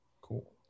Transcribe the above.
Cool